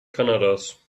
kanadas